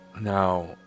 Now